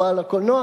או בעל הקולנוע,